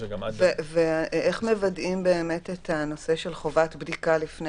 איך מוודאים את חובת הבדיקה לפני